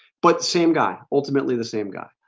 but same guy ultimately the same guy.